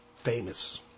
famous